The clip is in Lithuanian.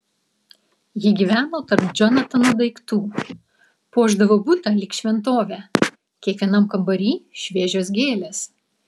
ji gyveno tarp džonatano daiktų puošdavo butą lyg šventovę kiekvienam kambary šviežios gėlės